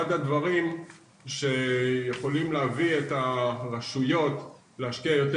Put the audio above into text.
אחד הדברים שיכולים להביא את הרשויות להשקיע יותר